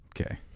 Okay